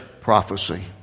prophecy